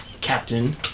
captain